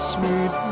Sweet